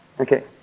Okay